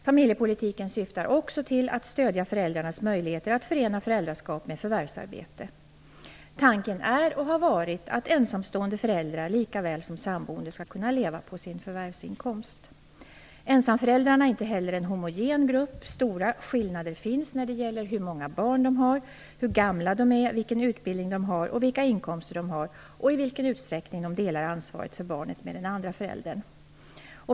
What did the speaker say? Familjepolitiken syftar också till att stödja föräldrarnas möjligheter att förena föräldraskap med förvärvsarbete. Tanken är och har varit att ensamstående föräldrar lika väl som samboende skall kunna leva på sin förvärvsinkomst. Ensamföräldrarna är inte heller en homogen grupp. Stora skillnader finns när det gäller hur många barn de har, hur gamla de är, vilken utbildning de har, vilka inkomster de har och i vilken utsträckning de delar ansvaret för barnet med den andra föräldern.